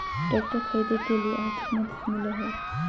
Tractor खरीदे के लिए आर्थिक मदद मिलो है?